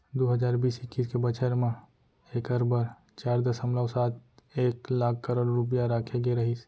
दू हजार बीस इक्कीस के बछर म एकर बर चार दसमलव सात एक लाख करोड़ रूपया राखे गे रहिस